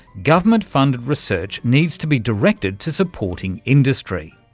government-funded research needs to be directed to supporting industry.